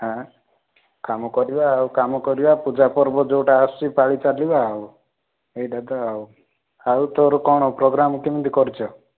ହାଁ କାମ କରିବା ଆଉ କାମ କରିବା ପୂଜାପର୍ବ ଯେଉଁଟା ଆସୁଛି ପାଳି ଚାଲିବ ଆଉ ଏଇଟା ତ ଆଉ ଆଉ ତୋର କଣ ପ୍ରୋଗ୍ରାମ୍ କେମିତି କରିଛ